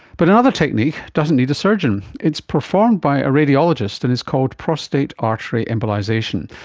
but another technique doesn't need a surgeon. it's performed by a radiologist and it's called prostate artery embolisation.